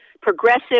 progressive